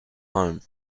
home